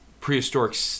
prehistoric